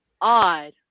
odd